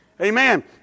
Amen